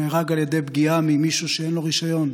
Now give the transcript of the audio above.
הוא נהרג בפגיעה ממישהו שאין לו רישיון,